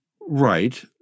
Right